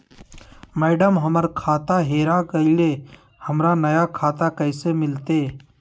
madam, हमर खाता हेरा गेलई, हमरा नया खाता कैसे मिलते